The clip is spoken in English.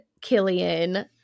Killian